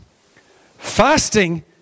fasting